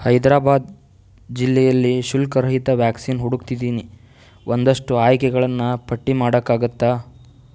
ಹೈದರಾಬಾದ್ ಜಿಲ್ಲೆಯಲ್ಲಿ ಶುಲ್ಕರಹಿತ ವ್ಯಾಕ್ಸಿನ್ ಹುಡುಕ್ತಿದ್ದೀನಿ ಒಂದಷ್ಟು ಆಯ್ಕೆಗಳನ್ನು ಪಟ್ಟಿ ಮಾಡೋಕ್ಕಾಗುತ್ತಾ